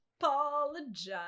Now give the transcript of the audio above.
Apologize